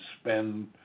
spend